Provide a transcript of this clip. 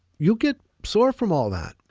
you'll get sore from all that,